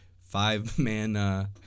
five-man